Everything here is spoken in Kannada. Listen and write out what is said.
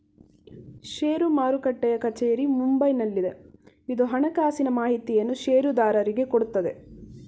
ಷೇರು ಮಾರುಟ್ಟೆಯ ಕಚೇರಿ ಮುಂಬೈನಲ್ಲಿದೆ, ಇದು ಹಣಕಾಸಿನ ಮಾಹಿತಿಯನ್ನು ಷೇರುದಾರರಿಗೆ ಕೊಡುತ್ತದೆ